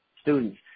students